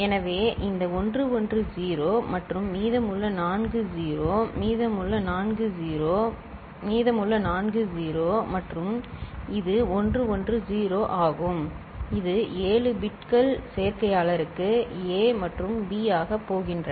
எனவே இந்த 110 மற்றும் மீதமுள்ள நான்கு 0 மீதமுள்ள நான்கு 0 மீதமுள்ள நான்கு 0 மற்றும் இது 110 ஆகும் இது ஏழு பிட்கள் சேர்க்கையாளருக்கு A மற்றும் B ஆகப் போகின்றன